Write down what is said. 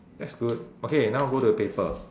that's good okay now go to paper